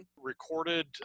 recorded